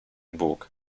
bóg